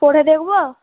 পরে দেখবো